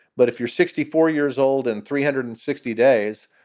but if you're sixty four years old and three hundred and sixty days,